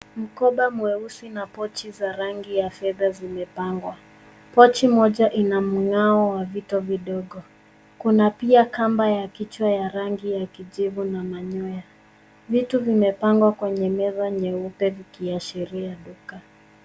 Mkoba mweusi na pochi za rangi ya fedha zimepangwa. Pochi moja inamngao wa vitu vidogo. Kuna pia kamba ya kichwa ya rangi ya kijivu na manyoya. Vitu vimepangwa kwenye meza nyeupe ikiashiria duka.